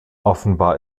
offenbar